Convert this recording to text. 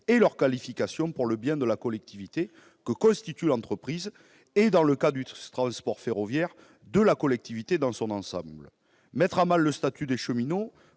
et leurs qualifications pour le bien de la communauté que constitue l'entreprise et, dans le cas du transport ferroviaire, de la collectivité dans son ensemble. Mettre à mal le statut des cheminots-